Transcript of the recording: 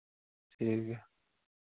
ठीक ऐ